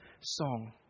song